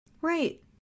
Right